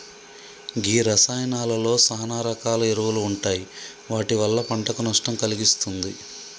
గీ రసాయానాలలో సాన రకాల ఎరువులు ఉంటాయి వాటి వల్ల పంటకు నష్టం కలిగిస్తుంది